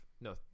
No